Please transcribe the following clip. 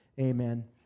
amen